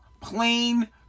plain